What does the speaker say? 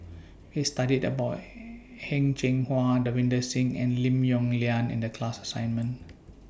We studied about Heng Cheng Hwa Davinder Singh and Lim Yong Liang in The class assignment